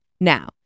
Now